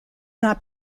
not